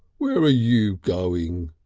where are ah you going?